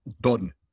Don